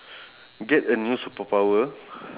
get a new superpower